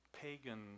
pagan